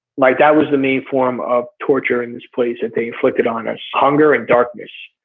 like that was the main form of torture in this place that they inflicted on us. hunger and darkness.